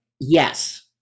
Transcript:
Yes